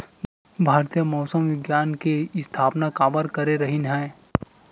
भारती मौसम विज्ञान के स्थापना काबर करे रहीन है?